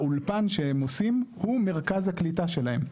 האולפן שהם עושים הוא מרכז הקליטה שלהם.